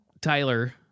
Tyler